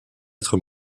être